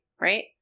right